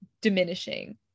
diminishing